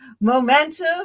momentum